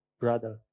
brother